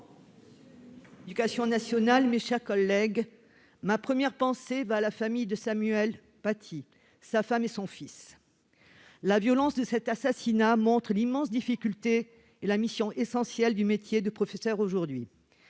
l'éducation nationale. Ma première pensée va à la famille de Samuel Paty, à sa femme et à son fils. La violence de cet assassinat montre l'immense difficulté et la mission essentielle du métier de professeur aujourd'hui.